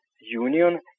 Union